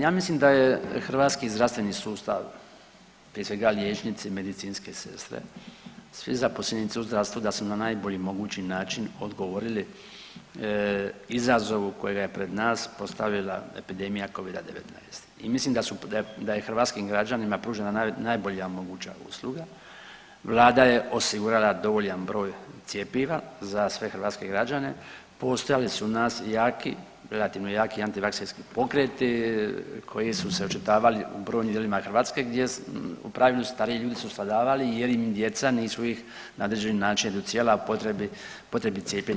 Ja mislim da je hrvatski zdravstveni sustav prije svega liječnici, medicinske sestre, svi zaposlenici u zdravstvu da su na najbolji mogući način odgovorili izazovu kojega je pred nas postavila epidemija covida-19 i mislim da je hrvatskim građanima pružena najbolja moguća usluga, vlada je osigurala dovoljan broj cjepiva za sve hrvatske građane, postojali su jaki, relativno jaki antivakserski pokreti koji su se očitavali u brojnim dijelovima Hrvatske gdje u pravilu stariji ljudi su stradavali jer im djeca nisu ih na određeni način educirala o potrebi, o potrebi cijepljenja.